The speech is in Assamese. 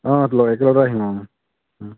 অঁ একেলগে একলগতে আহিম আৰু